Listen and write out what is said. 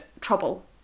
trouble